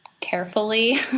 carefully